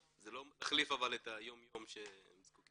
זה לא מחליף את היום יום שהם זקוקים.